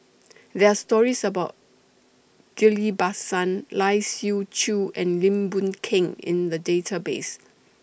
There Are stories about Ghillie BaSan Lai Siu Chiu and Lim Boon Keng in The Database